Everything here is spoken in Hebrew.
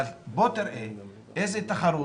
אבל בוא תראה איזה תחרות